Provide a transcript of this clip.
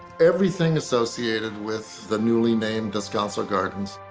everything associated with the newly named descanso gardens,